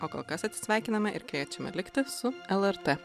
o kol kas atsisveikiname ir kviečiame likti su lrt